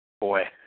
Boy